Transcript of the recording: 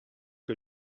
que